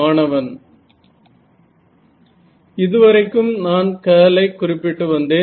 மாணவன் இதுவரைக்கும் நான் கர்ல் ஐ குறிப்பிட்டு வந்தேன்